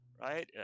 right